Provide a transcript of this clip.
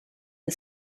the